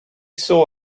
saw